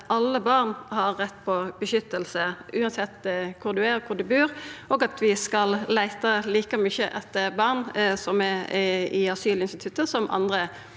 at alle barn har rett på beskyttelse, uansett kvar dei er, og kvar dei bur, og at vi skal leita like mykje etter barn som er under asylinstituttet, som etter